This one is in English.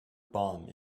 bomb